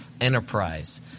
enterprise